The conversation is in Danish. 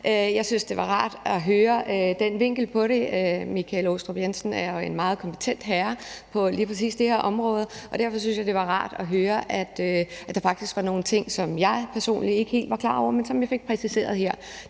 Jeg synes, det var rart at høre den vinkel på det. Michael Aastrup Jensen er jo en meget kompetent herre på lige præcis det her område, og derfor synes jeg, det var rart at høre, at der faktisk var nogle ting, som jeg personligt ikke helt var klar over, men som vi fik præciseret her.